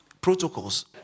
protocols